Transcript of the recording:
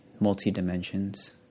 multi-dimensions